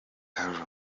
amakuru